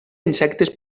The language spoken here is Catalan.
insectes